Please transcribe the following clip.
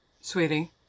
Sweetie